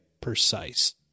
precise